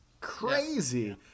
crazy